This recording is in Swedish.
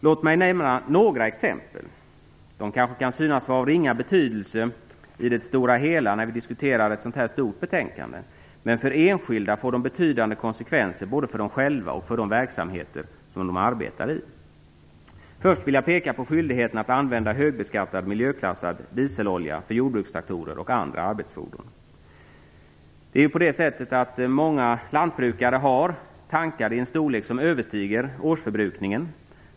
Låt mig nämna några exempel, som kanske kan synas vara av ringa betydelse i det stora hela när vi diskuterar ett så här stort betänkande, men som för enskilda får betydande konsekvenser både för dem själva och för de verksamheter som de arbetar i. Först vill jag peka på skyldigheten att använda högbeskattad miljöklassad dieselolja för jordbrukstraktorer och andra arbetsfordon. Många lantbrukare har tankar i en storlek som överstiger årsförbrukningen.